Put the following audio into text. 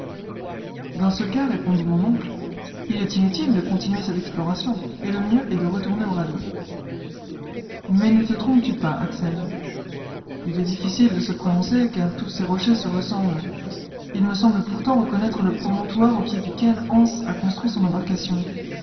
dans ce cas répondit mon oncle il est inutile de continuer cette exploration et le mieux est de retourner au radeau mais ne te trompes tu pas axel il est difficile de se prononcer car tous ces rochers se ressemblent il me semble pourtant reconnaître le promontoire au pied duquel hans a construit son embarcation